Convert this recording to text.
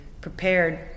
prepared